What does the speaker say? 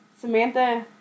Samantha